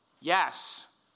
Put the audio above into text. Yes